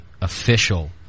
official